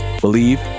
Believe